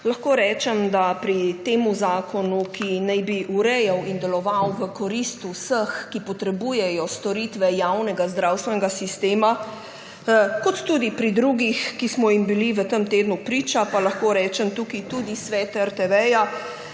Lahko rečem, da pri tem zakonu, ki naj bi urejal in deloval v korist vseh, ki potrebujejo storitve javnega zdravstvenega sistema, kot tudi pri drugih, ki smo jim bili v tem tednu priče, pa lahko rečem, tudi Svet RTV,